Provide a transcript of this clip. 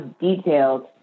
detailed